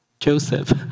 Joseph